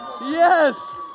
yes